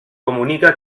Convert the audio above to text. comunica